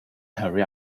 hurry